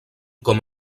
com